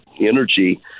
energy